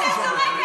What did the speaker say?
מה, תתבייש לך.